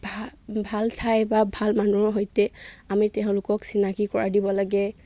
ভা ভাল ঠাই বা ভাল মানুহৰ সৈতে আমি তেওঁলোকক চিনাকি কৰাই দিব লাগে